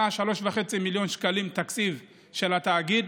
3.5 מיליון שקלים כל שנה התקציב של התאגיד.